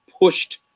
pushed